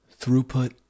throughput